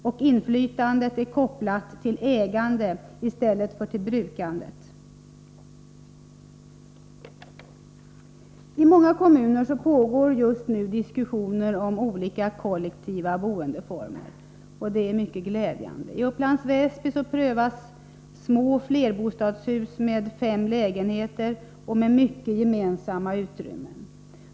Och inflytandet är kopplat till ägandet i stället för till brukandet. I många kommuner pågår just nu diskussioner om olika kollektiva boendeformer, och det är mycket glädjande. I Upplands Väsby prövas små flerbostadshus med fem lägenheter och mycket gemensamma utrymmen.